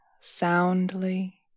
soundly